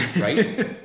right